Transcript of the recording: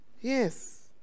yes